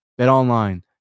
BetOnline